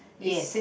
yes